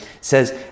says